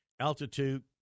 Altitude